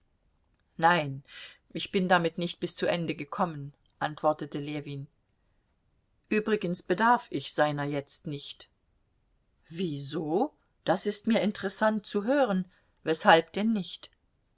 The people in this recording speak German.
nein ich bin damit nicht bis zu ende gekommen antwortete ljewin übrigens bedarf ich seiner jetzt nicht wieso das ist mir interessant zu hören weshalb denn nicht